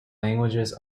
languages